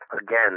again